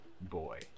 boy